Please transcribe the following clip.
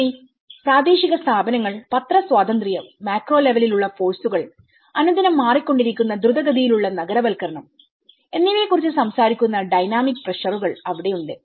വിപണി പ്രാദേശിക സ്ഥാപനങ്ങൾ പത്രസ്വാതന്ത്ര്യം മാക്രോ ലെവലിൽ ഉള്ള ഫോഴ്സുകൾ അനുദിനം മാറിക്കൊണ്ടിരിക്കുന്ന ദ്രുതഗതിയിലുള്ള നഗരവൽക്കരണം എന്നിവയെക്കുറിച്ച് സംസാരിക്കുന്ന ഡൈനാമിക് പ്രഷറുകൾ അവിടെ ഉണ്ട്